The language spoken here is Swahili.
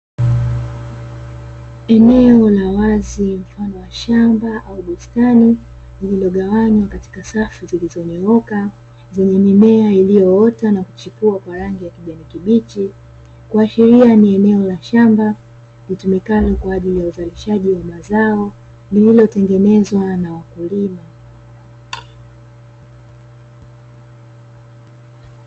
Eneo la wazi mfano wa shamba au bustani lililogawanywa katika safu zilizonyooka zenye mimea iliyoota na kuchipua kwa rangi ya kijani kibichi, kuashiria ni eneo la shamba litumikalo kwa ajili ya uzalishaji wa mazao lililotengenezwa na hilo tengenezwa na wakulima.